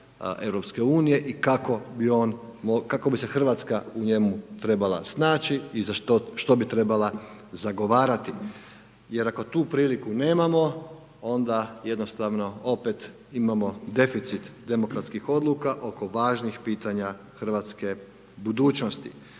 Europske unije i kako bi on, kako bi se Hrvatska u njemu trebala snaći i za što, što bi trebala zagovarati, jer ako tu priliku nemamo, onda jednostavno opet imamo deficit demokratskih odluka oko važnih pitanja Hrvatske budućnosti.